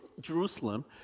Jerusalem